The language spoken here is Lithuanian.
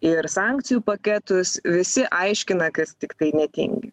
ir sankcijų paketus visi aiškina kas tiktai netingi